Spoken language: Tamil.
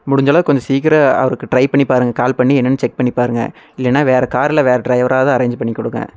முடிஞ்சளவுக்கு கொஞ்சம் சீக்கிரம் அவருக்கு ட்ரை பண்ணிப் பாருங்கள் கால் பண்ணி என்னன்னு செக் பண்ணிப்பாருங்க இல்லேனா வேறு காரில் வேறு ட்ரைவராது அரேஞ்ச் பண்ணிக் குடுங்க